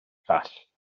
call